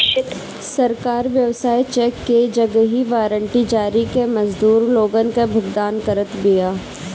सरकार व्यवसाय चेक के जगही वारंट जारी कअ के मजदूर लोगन कअ भुगतान करत बिया